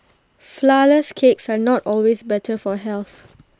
Flourless Cakes are not always better for health